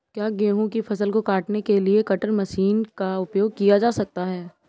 क्या गेहूँ की फसल को काटने के लिए कटर मशीन का उपयोग किया जा सकता है?